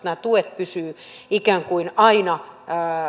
nämä tuet pysyvät ikään kuin aina